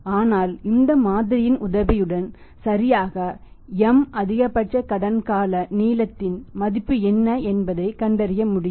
ஆனால் இந்த மாதிரியின் உதவியுடன் சரியாக M அதிகபட்ச கடன் கால நீளத்தின் மதிப்பு என்ன என்பதைக் கண்டறிய முடியும்